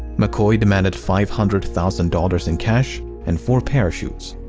mccoy demanded five hundred thousand dollars in cash and four parachutes.